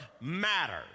matters